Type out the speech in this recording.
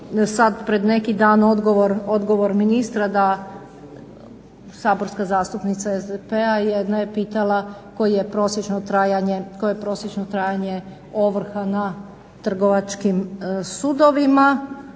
sad pred neki dan odgovor ministra da saborska zastupnika SDP-a jedna je pitala koje je prosječno trajanje ovrha na trgovačkim sudovima,